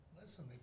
listen